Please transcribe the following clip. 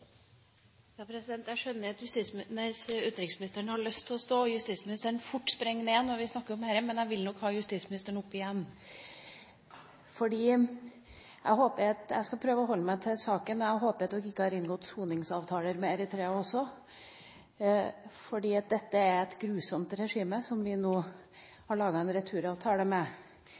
Jeg skjønner at utenriksministeren har lyst til å bli stående, og at justisministeren fort springer ned når vi snakker om dette, men jeg vil nok ha justisministeren opp igjen. Jeg skal prøve å holde meg til saken. Jeg håper at man ikke har inngått soningsavtale med Eritrea også, for det er et grusomt regime som vi nå skal lage en returavtale med.